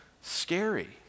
scary